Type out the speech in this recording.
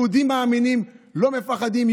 יהודים מאמינים לא מפחדים.